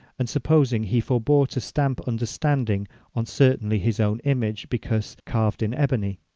and supposing he forbore to stamp understanding on certainly his own image, because carved in ebony.